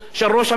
והם מיהרו,